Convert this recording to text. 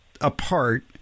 apart